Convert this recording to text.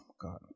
god